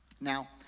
Now